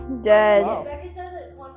Dead